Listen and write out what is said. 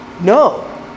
no